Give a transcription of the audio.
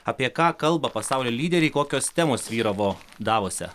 apie ką kalba pasaulio lyderiai kokios temos vyravo davose